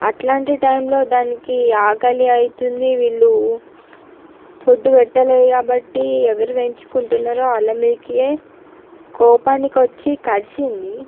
అట్లాంటి టైంలో దానికి ఆకలి అవుతుంది వీళ్ళు ఫుడ్ పెట్టలేదు కాబట్టి ఎవరు పెంచుకుంటున్నారో వాళ్ళ మీదకే కోపానికి వచ్చి కరిచింది